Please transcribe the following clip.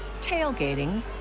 tailgating